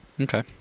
Okay